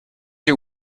you